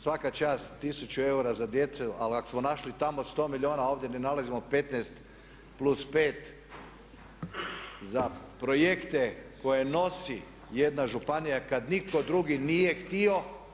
Svaka čast 1000 eura za djecu, ali ako smo našli tamo 100 milijuna, ovdje ne nalazimo 15 plus 5 za projekte koje nosi jedna županija kad nitko drugi nije htio.